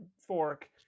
fork